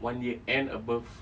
one year and above